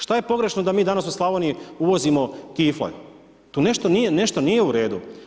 Što je pogrešno da mi danas u Slavoniji uvozimo … tu nešto nije u redu.